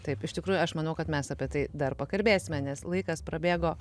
taip iš tikrųjų aš manau kad mes apie tai dar pakalbėsime nes laikas prabėgo